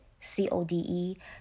c-o-d-e